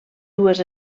dues